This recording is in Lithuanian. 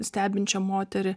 stebinčio moterį